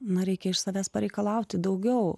na reikia iš savęs pareikalauti daugiau